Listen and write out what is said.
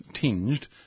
tinged